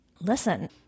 listen